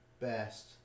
best